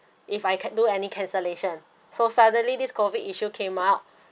if I can~ do any cancellation so suddenly this COVID issue came out